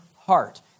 heart